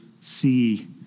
see